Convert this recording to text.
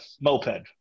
moped